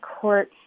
court